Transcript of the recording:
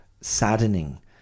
saddening